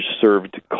served